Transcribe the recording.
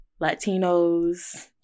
Latinos